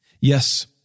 Yes